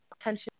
attention